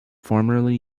formerly